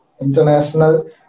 International